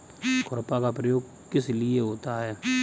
खुरपा का प्रयोग किस लिए होता है?